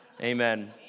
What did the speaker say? Amen